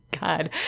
God